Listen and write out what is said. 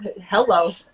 Hello